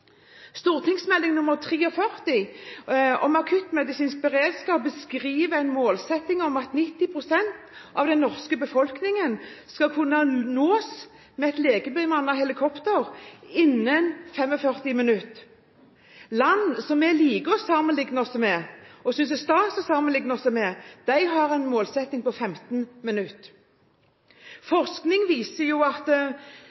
Om akuttmedisinsk beredskap, beskriver målsettingen om at 90 pst. av den norske befolkningen skal kunne nås med et legebemannet helikopter innen 45 minutter. Land som vi liker å sammenligne oss med – og synes det er stas å sammenligne oss med – har en målsetting om 15